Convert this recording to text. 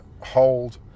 hold